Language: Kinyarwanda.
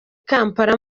kampala